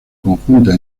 conjunta